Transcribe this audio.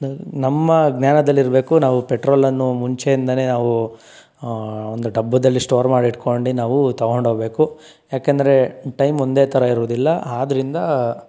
ನಮ್ಮ ಜ್ಞಾನದಲ್ಲಿರಬೇಕು ನಾವು ಪೆಟ್ರೋಲನ್ನು ಮುಂಚೆಯಿಂದಲೇ ನಾವು ಒಂದು ಡಬ್ಬದಲ್ಲಿ ಶ್ಟೋರ್ ಮಾಡಿ ಇಟ್ಕೊಂಡು ನಾವು ತೊಗೊಂಡು ಹೋಗ್ಬೇಕು ಯಾಕಂದರೆ ಟೈಮ್ ಒಂದೇ ಥರ ಇರೋದಿಲ್ಲ ಆದ್ದರಿಂದ